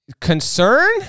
Concern